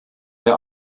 der